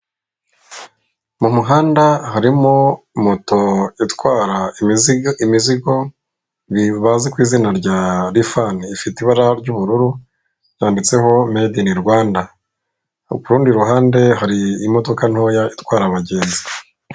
Mu muhanda harimo moto itwara imizigo, ibi bazi ku izina rya rifani ifite ibara ry'ubururu yanditseho Made in Rwanda. Naho kurundi ruhande hari imodoka ntoya itwara abagenzi.